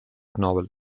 novel